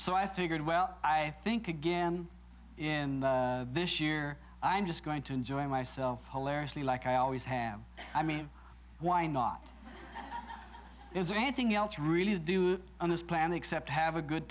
so i figured well i think again in this year i'm just going to enjoy myself hilariously like i always have i mean why not is there anything else really you do on this plan except have a good